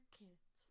kids